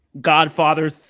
Godfather